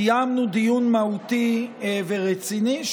קיימנו דיון מהותי ורציני,